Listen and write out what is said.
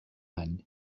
any